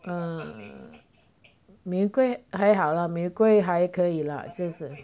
mm mee hoon kueh 还好啦 mee hoon kueh 还可以啦就是